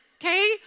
okay